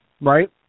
Right